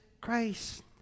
Christ